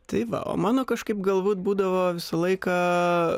tai va o mano kažkaip galbūt būdavo visą laiką